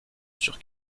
sur